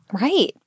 Right